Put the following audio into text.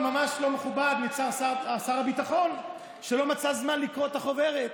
זה ממש לא מכובד מצד שר הביטחון שהוא לא מצא זמן לקרוא את החוברת.